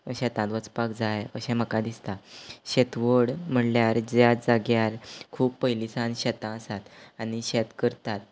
शेतांत वचपाक जाय अशें म्हाका दिसता शेतवड म्हळ्ळ्यार ज्या जाग्यार खूब पयलीं सान शेतां आसात आनी शेत करतात